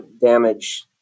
damage